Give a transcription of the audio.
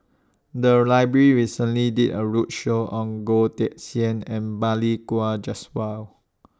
The Library recently did A roadshow on Goh Teck Sian and Balli Kaur Jaswal